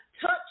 Touch